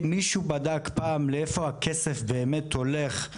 מישהו בדק פעם לאיפה הכסף באמת הולך,